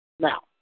Now